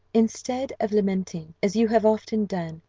instead of lamenting, as you have often done,